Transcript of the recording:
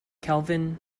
kelvin